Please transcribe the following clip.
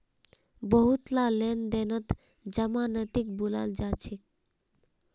बहुतला लेन देनत जमानतीक बुलाल जा छेक